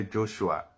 Joshua